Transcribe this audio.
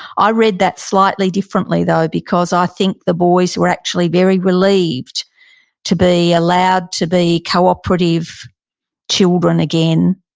i read that slightly differently though because i think the boys were actually very relieved to be allowed to be cooperative children again,